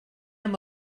amb